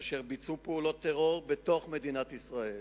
אשר ביצעו פעולות טרור בתוך מדינת ישראל,